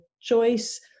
choice